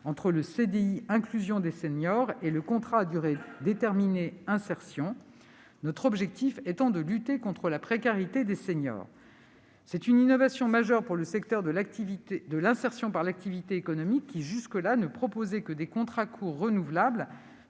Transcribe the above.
entre le CDI « inclusion des seniors » et le contrat à durée déterminée d'insertion (CDDI), notre objectif étant de lutter contre la précarité des seniors. C'est une innovation majeure pour le secteur de l'insertion par l'activité économique, qui, jusque-là, ne proposait que des contrats courts renouvelables